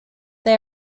they